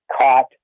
caught